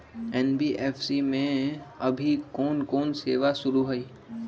NBFC में अभी कोन कोन सेवा शुरु हई?